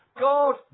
God